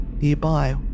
Nearby